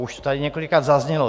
Už to tady několikrát zaznělo.